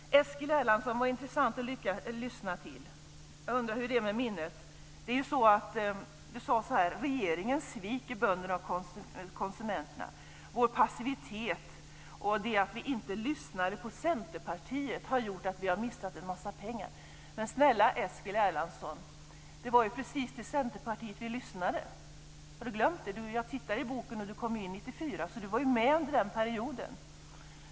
Eskil Erlandsson var intressant att lyssna till. Jag undrar hur det är med minnet. Han säger att regeringen sviker bönderna och konsumenterna. Regeringens passivitet och det att vi inte lyssnade på Centerpartiet har gjort att vi har missat en massa pengar. Men snälla Eskil Erlandsson, det var precis till Centerpartiet vi lyssnade. Har han glömt det? Jag tittar i boken och ser att han kom in 1994, så han var med under den perioden.